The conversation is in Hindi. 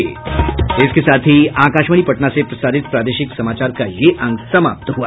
इसके साथ ही आकाशवाणी पटना से प्रसारित प्रादेशिक समाचार का ये अंक समाप्त हुआ